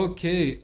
Okay